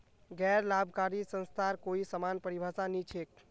गैर लाभकारी संस्थार कोई समान परिभाषा नी छेक